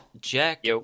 Jack